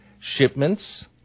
shipments